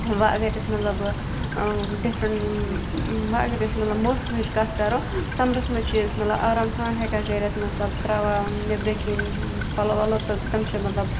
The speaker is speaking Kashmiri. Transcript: وۄنۍ اگر أسۍ مطلب ڈِفرَنٛٹ وۄنۍ اگر أسۍ مطلب موسمٕچ کَتھ کَرو سمرَس منٛز چھِ أسۍ مطلب آرام سان ہٮ۪کان کٔرِتھ مطلب ترٛاوان یِم نیٚبرٕکٮ۪ن پَلو وَلو تہٕ تِم چھِ مطلب